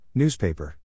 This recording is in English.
Newspaper